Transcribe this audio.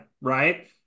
right